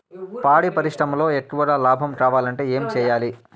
పాడి పరిశ్రమలో ఎక్కువగా లాభం కావాలంటే ఏం చేయాలి?